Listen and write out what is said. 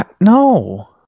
No